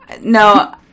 no